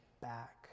back